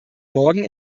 morgen